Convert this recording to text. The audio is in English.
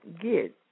get